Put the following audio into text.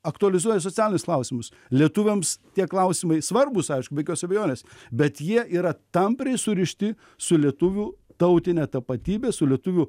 aktualizuoja socialinius klausimus lietuviams tie klausimai svarbūs aišku be jokios abejonės bet jie yra tampriai surišti su lietuvių tautine tapatybe su lietuvių